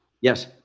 Yes